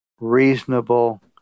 reasonable